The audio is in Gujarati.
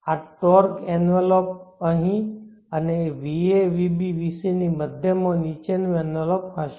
આ ટોર્ક એન્વેલોપ અહીં અને va vb vc ની મધ્યમાં નીચેનું એન્વેલોપ હશે